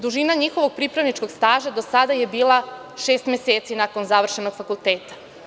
Dužina njihovog pripravničkog staža do sada je bila šest meseci nakon završenog fakulteta.